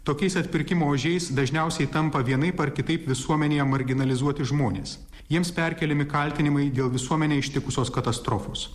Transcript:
tokiais atpirkimo ožiais dažniausiai tampa vienaip ar kitaip visuomenėje marginalizuoti žmonės jiems perkeliami kaltinimai dėl visuomenę ištikusios katastrofos